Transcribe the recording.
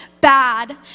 bad